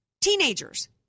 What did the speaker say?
teenagers